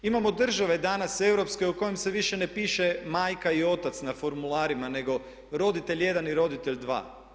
Imamo države danas europske u kojima se više ne piše majka i otac na formularima nego roditelj jedan i roditelj dva.